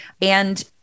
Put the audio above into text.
And-